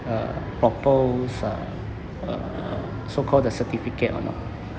uh any proper uh so called the certificate or not